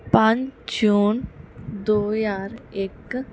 ਪੰਜ ਜੂਨ ਦੋ ਹਜ਼ਾਰ ਇੱਕ